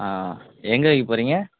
ஆ எங்கேவைக்கப் போகிறீங்க